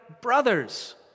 brothers